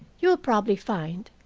you will probably find,